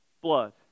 blood